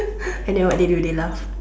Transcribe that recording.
and then what they do they laugh